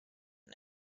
and